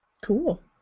Cool